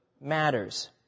matters